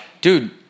Dude